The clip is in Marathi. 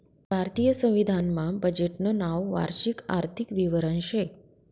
भारतीय संविधान मा बजेटनं नाव वार्षिक आर्थिक विवरण शे